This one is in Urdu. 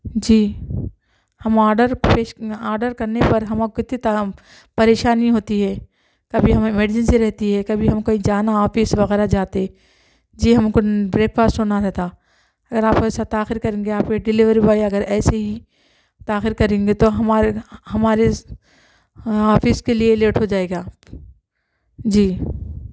جی ہم آرڈر پیش آرڈر کرنے پر ہم اب کتنی پریشانی ہوتی ہے کبھی ہمیں ایمرجینسی رہتی ہے کبھی ہم کہیں جانا آفس وغیرہ جاتے جی ہم کو بریک فاسٹ ہونا رہتا اگر آپ ایسا تاخیر کریں گے آپ کے ڈیلیوری بوائے اگر ایسے ہی تاخیر کریں گے تو ہمارے ہمارے آفس کے لیے لیٹ ہو جائےگا جی